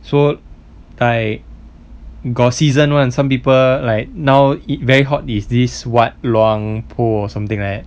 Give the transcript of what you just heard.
so like got season [one] some people like now it very hot is this what luang por or something like that